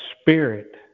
spirit